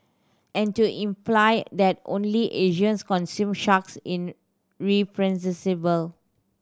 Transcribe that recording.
and to imply that only Asians consume sharks in